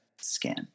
skin